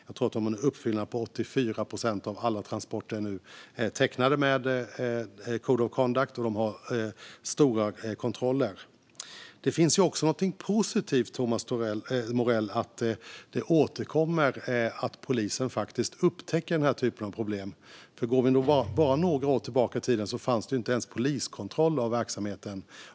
Jag tror att de har en uppfyllnad där 84 procent av alla transporter nu är tecknade med code of conduct, och de har stora kontroller. Det finns ju också någonting positivt, Thomas Morell, med att polisen återkommande upptäcker den här typen av problem. Bara några år tillbaka i tiden fanns det inte ens poliskontroll av verksamheten.